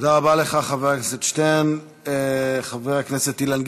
תודה רבה לך, חבר הכנסת שטרן.